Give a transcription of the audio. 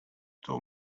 too